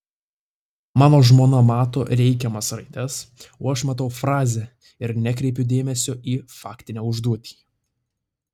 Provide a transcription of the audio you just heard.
mano žmona mato reikiamas raides o aš matau frazę ir nekreipiu dėmesio į faktinę užduotį